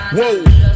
Whoa